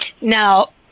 Now